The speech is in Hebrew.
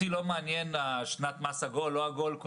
אותי לא מעניין שנת מס עגולה או לא עגולה.